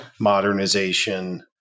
modernization